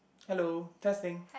hello testing